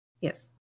Yes